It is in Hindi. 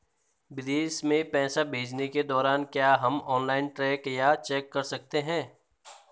विदेश में पैसे भेजने के दौरान क्या हम ऑनलाइन ट्रैक या चेक कर सकते हैं?